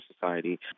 society